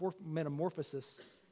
metamorphosis